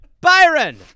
Byron